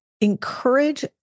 encourage